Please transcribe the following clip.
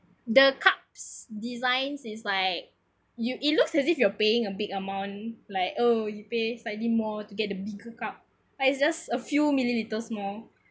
the cup's designs is like you it look as you are paying a big amount like oh you pay slightly more to get the bigger cup but it's just a few millimetres small